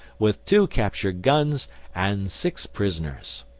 with two captured guns and six prisoners.